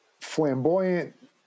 flamboyant